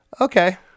Okay